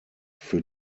für